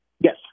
Yes